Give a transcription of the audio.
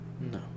No